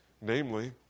namely